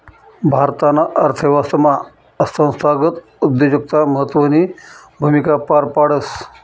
भारताना अर्थव्यवस्थामा संस्थागत उद्योजकता महत्वनी भूमिका पार पाडस